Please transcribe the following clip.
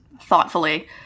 thoughtfully